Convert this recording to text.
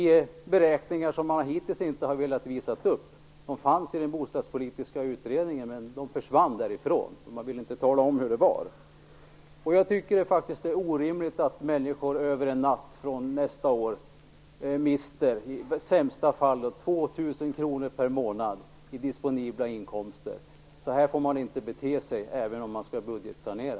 Det är beräkningar som man hittills inte har velat visa upp. De fanns i den bostadspolitiska utredningen, men de försvann därifrån. Man ville inte tala om hur det var. Jag tycker faktiskt att det är orimligt att människor över en natt, från nästa år, mister i sämsta fall 2 000 kr per månad i disponibla inkomster. Så här får man inte bete sig även om man skall budgetsanera.